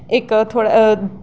इक थोह्ड़ा